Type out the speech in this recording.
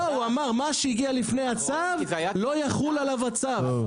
לא, הוא אמר מה שהגיע לפני הצו לא יחול עליו הצו.